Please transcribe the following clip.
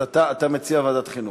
אז אתה מציע ועדת חינוך.